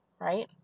right